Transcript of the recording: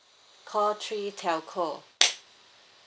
call three telco